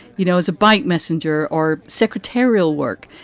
you know, as a bike messenger or secretarial work.